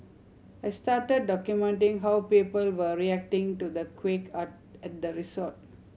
I started documenting how people were reacting to the quake are at the resort